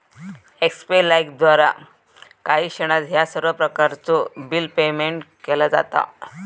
एक्स्पे लाइफद्वारा काही क्षणात ह्या सर्व प्रकारचो बिल पेयमेन्ट केला जाता